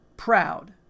proud